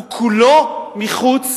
הוא כולו מחוץ